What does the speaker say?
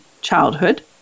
childhood